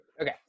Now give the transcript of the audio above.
okay